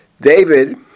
David